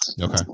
Okay